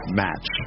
match